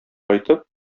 кайтып